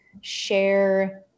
share